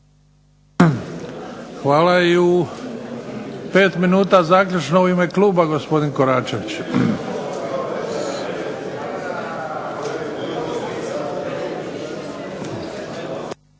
Hvala. I u 5 minuta zaključno u ime kluba gospodin Koračević.